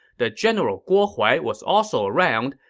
the general guo huai was also around,